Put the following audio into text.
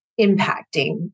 impacting